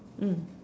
mm